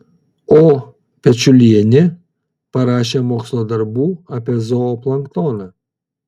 o pečiulienė parašė mokslo darbų apie zooplanktoną